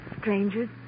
strangers